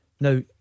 Now